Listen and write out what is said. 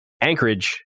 Anchorage